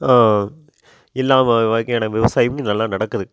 இல்லாமல் விவசாயமும் நல்லா நடக்குது